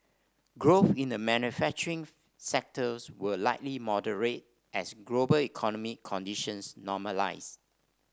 growth in the manufacturing sectors will likely moderate as global economic conditions normalise